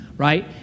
Right